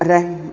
रहमु